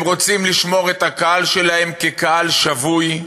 הם רוצים לשמור את הקהל שלהם קהל שבוי,